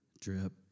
drip